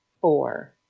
four